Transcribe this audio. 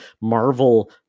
Marvel